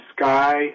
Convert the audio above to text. Sky